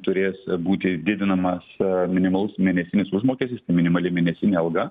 turės būti didinamas minimalus mėnesinis užmokestis minimali mėnesinė alga